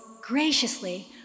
graciously